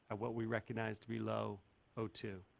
what we recognize to be low o two,